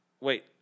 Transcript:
Wait